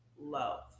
love